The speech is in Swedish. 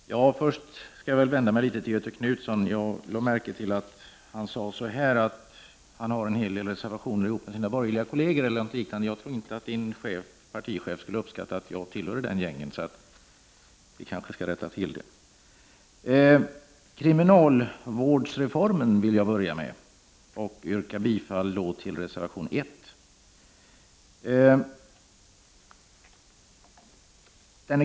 Fru talman! Först skall jag vända mig till Göthe Knutson. Jag lade märke till att han sade att han hade en hel del reservationer ihop med sina borgerliga kolleger. Jag tror inte att hans partichef skulle uppskatta att jag tillhörde det gänget, så det kanske bör rättas till. Jag vill börja med kriminalvårdsreformen, och jag yrkar bifall reservation 1.